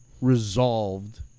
resolved